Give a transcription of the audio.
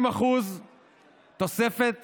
50% תוספת